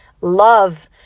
love